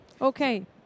Okay